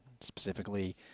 specifically